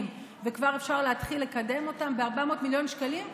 וכבר אפשר להתחיל לקדם אותם ב-400 מיליון שקלים,